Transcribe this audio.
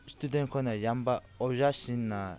ꯏꯁꯇꯨꯗꯦꯟꯈꯣꯏꯅ ꯌꯥꯝꯕ ꯑꯣꯖꯥꯁꯤꯡꯅ